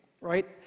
right